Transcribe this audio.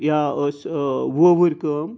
یا ٲسۍ وووُرۍ کٲم